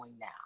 now